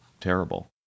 terrible